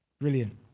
Brilliant